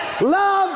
love